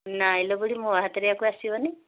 ନାହିଁ ଲୋ ବୁଢ଼ୀ ମୋ ହାତରେ ୟାକୁ ଆସିବନି